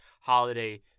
holiday